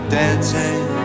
dancing